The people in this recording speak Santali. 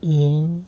ᱤᱧ